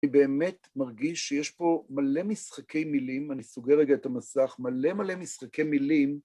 אני באמת מרגיש שיש פה מלא משחקי מילים, אני סוגר רגע את המסך, מלא מלא משחקי מילים.